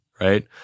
right